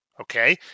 Okay